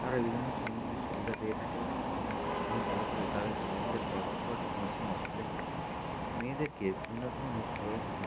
তারা বিভিন্ন স্কিমগুলির সুবিধা পেয়ে থাকে এবং যার ফলে তাদের ছেলে মেয়েদের পড়াশুনো করাতে কোনো অসুবিধা হয় না মেয়েদেরকে বিভিন্ন ধরনের স্কলারশিপ